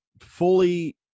fully